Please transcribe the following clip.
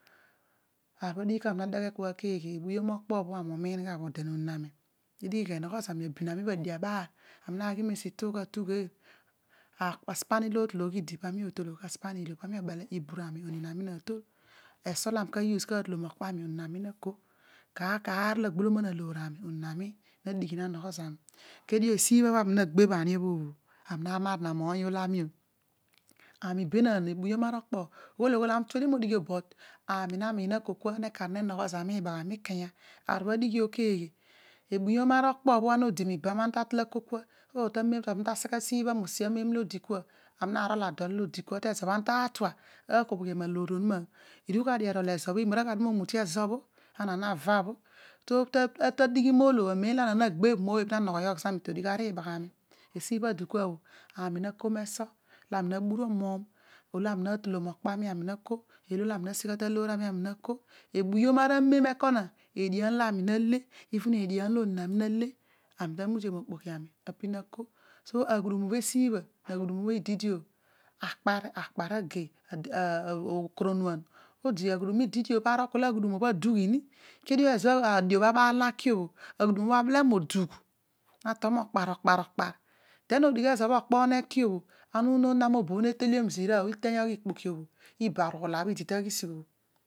Aar obho adighi kami na deghe kuo keghe ebiyom mo okpo bho, ode noniin ami idighi gha enogho zami abinan ibho adio abaal ezo bho ami ughi mituugha urugheel osi pan olo idi olo ami katol pana natol, esu bho ami use na toloom ibura ami oniin naka okpolo igholoman aloor ami oniin nadighi na nogho. Zami esi bha ami na agbebh ani obhobh obho amar na moony ami na obuyom okpo bho ughol oghol ami utuedio meedigh but nemogho na zami miibaghani aar bho ara okpo bho ana odi mibam ana ta kua, tamem olo ta seghe ta mem olo odi kua ami nava mo orol ezo bho kedio ana tatu akobhoghi loer onuma iru gha dio erol ezo bho adioaghul naabaal obho amem obho naki obho aghudum to moobeebh, mobeebh, nato mookpar mokpar den odigh ezo bho okpo bho ne ki bho ana unon obobho notebio zira bho obobho iteeny ikpokio bho iba ruula bho idi taghisigh bho.